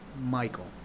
Michael